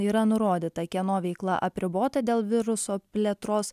yra nurodyta kieno veikla apribota dėl viruso plėtros